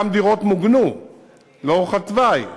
דירות גם מוגנו לאורך התוואי,